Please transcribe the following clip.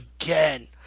again